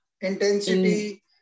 intensity